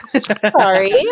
Sorry